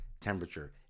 temperature